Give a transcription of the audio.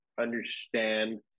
understand